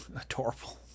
adorable